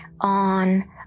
on